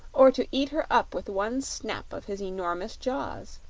or to eat her up with one snap of his enormous jaws.